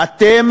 אתם,